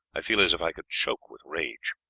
i feel as if i could choke with rage.